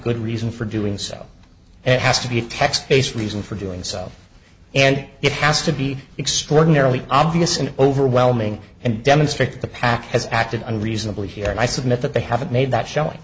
good reason for doing so it has to be a text based reason for doing so and it has to be extraordinarily obvious and overwhelming and demonstrate that the pac has acted on reasonable here and i submit that they haven't made that showing